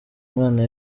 mwana